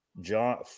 John